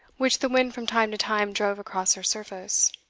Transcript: which the wind from time to time drove across her surface.